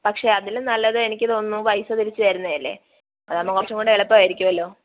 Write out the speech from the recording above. പക്ഷെ അതിനും നല്ലത് എനിക്ക് തോന്നുന്നു പൈസ തിരിച്ച് തരുന്നതല്ലെ അതാകുമ്പം കുറച്ചും കൂടെ എളുപ്പവായിരിക്കുമല്ലോ